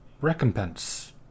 Recompense